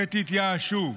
שתתייאשו.